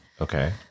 Okay